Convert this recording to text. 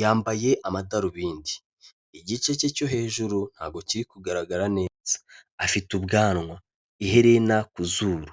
Yambaye amadarubindi. Igice cye cyo hejuru ntago kiri kugaragara neza. Afite ubwanwa. Iherina ku zuru.